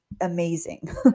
amazing